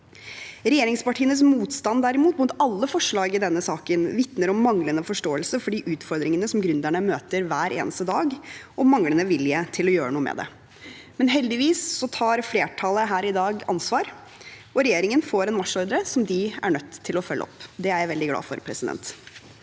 Regjeringspartienes motstand mot alle forslag i denne saken vitner derimot om manglende forståelse for de utfordringene som gründerne møter hver eneste dag, og manglende vilje til å gjøre noe med det. Men heldigvis tar flertallet her i dag ansvar, og regjeringen får en marsjordre, som de er nødt til å følge opp. Det er jeg veldig glad for, for de